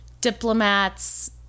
diplomats